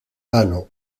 ano